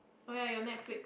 oh ya your Netflix